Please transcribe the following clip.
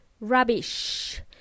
rubbish